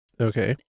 Okay